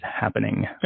happening